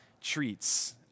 treats